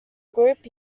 group